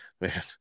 man